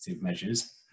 measures